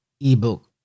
ebook